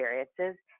experiences